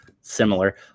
similar